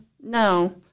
no